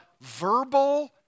verbal